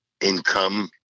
income